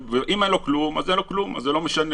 אם אין לו כלום אז אין לו כלום, אז זה לא משנה.